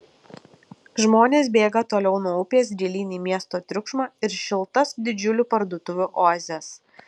žmonės bėga toliau nuo upės gilyn į miesto triukšmą ir šiltas didžiulių parduotuvių oazes